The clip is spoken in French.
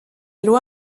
loi